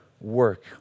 work